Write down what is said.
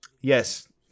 Yes